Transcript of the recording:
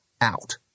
out